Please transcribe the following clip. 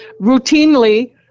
routinely